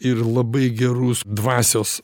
ir labai gerus dvasios